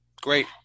Great